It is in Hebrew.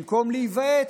במקום להיוועץ,